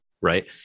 right